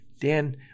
Dan